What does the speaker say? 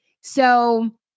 So-